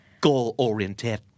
goal-oriented